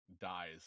dies